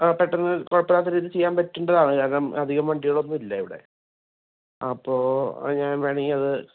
ആ പെട്ടെന്ന് കുഴപ്പമില്ലാത്ത രീതിയിൽ ചെയ്യാൻ പറ്റേണ്ടതാണ് കാരണം അധികം വണ്ടികളൊന്നുമില്ല ഇവിടെ അപ്പോൾ ഞാൻ വേണമെങ്കിൽ അത്